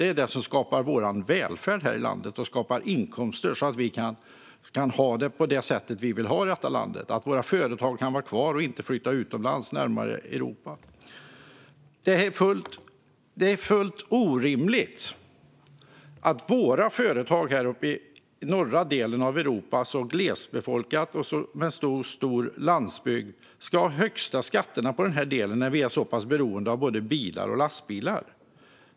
Det är det som skapar vår välfärd här i landet och som skapar inkomster, så att vi kan ha det på det sätt som vi vill i detta land och så att våra företag kan vara kvar och inte behöver flytta utomlands närmare övriga Europa. Det är helt orimligt att våra företag här uppe i norra delen av Europa, som är glesbefolkat och med en stor landsbygd, ska ha de högsta skatterna i detta sammanhang när vi är så beroende av både bilar och lastbilar.